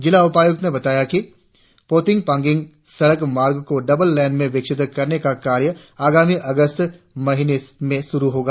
जिला उपायुक्त ने बताया कि पोतिंग पांगिन सड़क मार्ग को डबल लेन में विकसीत करने का कार्य आगामी अगस्त महीने मे शुरु होगा